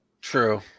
True